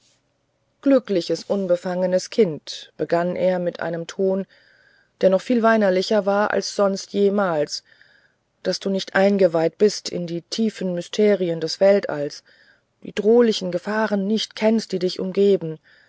glückliches unbefangenes kind begann er dann mit einem ton der noch viel weinerlicher war als sonst jemals das du nicht eingeweiht bist in die tiefen mysterien des weltalls die bedrohlichen gefahren nicht kennst die dich umgeben